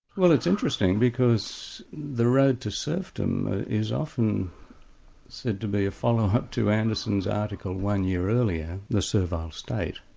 well it's interesting, because the road to serfdom is often said to be a follow-up to anderson's article one year earlier, the servile state.